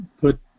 put